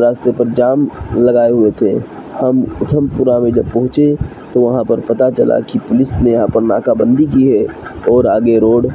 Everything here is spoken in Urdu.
راستے پر جام لگائے ہوئے تھے ہم اتھم پورہ میں جب پہنچے تو وہاں پر پتا چلا کہ پولس نے یہاں پر ناکہ بندی کی ہے اور آگے روڈ